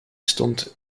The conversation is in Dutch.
stond